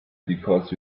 because